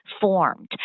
formed